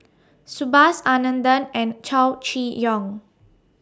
Subhas Anandan and Chow Chee Yong